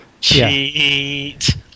Cheat